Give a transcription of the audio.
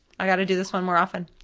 i gotta do this one more often.